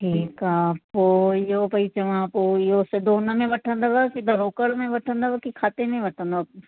ठीकु आहे पोइ इहो पई चवा पोइ इहो सिधो उनमें वठंदव की त रोकड़ में वठंदव की खाते में वठंदव